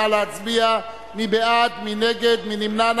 נא להצביע, מי בעד, מי נגד, מי נמנע?